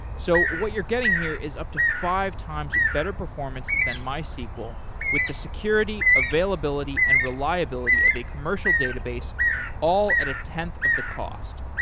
so what you're getting here is up to five times better performance than mysql with the security, availability and reliability of the commercial database all at a tenth of the cost,